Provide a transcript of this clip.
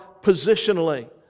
positionally